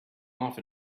off